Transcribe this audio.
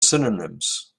synonyms